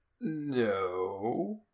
no